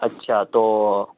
اچھا تو